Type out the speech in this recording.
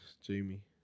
Jamie